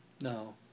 no